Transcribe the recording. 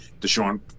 Deshaun